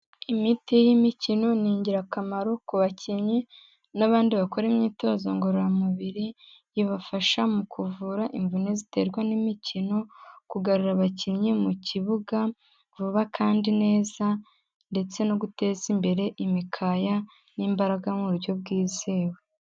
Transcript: Imiti y'imikino ni ingirakamaro ku bakinnyi n'abandi bakora imyitozo ngororamubiri, ibafasha mu kuvura imvune ziterwa n'imikino, kugarura abakinnyi mu kibuga vuba kandi neza, ndetse no guteza imbere imikaya n'imbaraga mu buryo bwizewe.